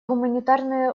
гуманитарные